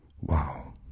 Wow